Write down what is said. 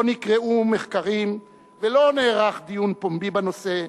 לא נקראו מחקרים ולא נערך דיון פומבי בנושא,